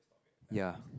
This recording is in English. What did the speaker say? ya